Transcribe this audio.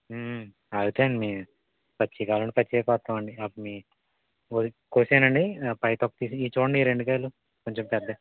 అవుతాయండి మీ పచ్చివి కావాలంటే పచ్చివే కోస్తామండి మాకు మీ కో కోసేయ్యాల అండి పై తొక్కు తీసి ఇదిచూడండి ఈ రెండు కాయలు కొంచం పెద్ద